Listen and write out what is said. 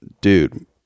dude